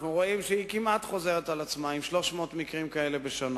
אנחנו רואים שהיא כמעט חוזרת על עצמה ב-300 מקרים כאלה בשנה.